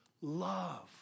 love